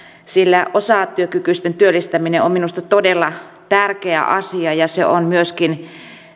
sillä osatyökykyisten työllistäminen on minusta todella tärkeä asia ja se on myöskin